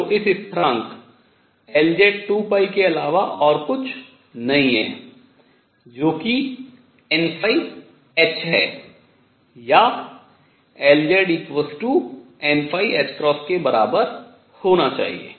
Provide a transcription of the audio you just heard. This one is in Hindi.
जो इस स्थिरांक Lz2π के अलावा और कुछ नहीं है जो कि nh या Lznℏ के बराबर होना चाहिए